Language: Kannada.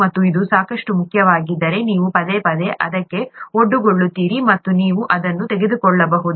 ಮತ್ತು ಇದು ಸಾಕಷ್ಟು ಮುಖ್ಯವಾಗಿದ್ದರೆ ನೀವು ಪದೇ ಪದೇ ಅದಕ್ಕೆ ಒಡ್ಡಿಕೊಳ್ಳುತ್ತೀರಿ ಮತ್ತು ನೀವು ಅದನ್ನು ತೆಗೆದುಕೊಳ್ಳಬಹುದು